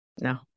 No